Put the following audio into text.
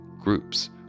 Groups